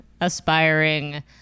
aspiring